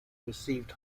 received